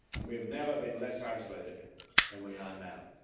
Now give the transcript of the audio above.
and we have never been less isolated than we are now,